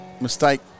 mistake